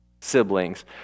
siblings